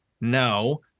No